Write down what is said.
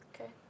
Okay